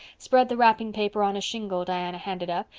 spread the wrapping paper on a shingle diana handed up,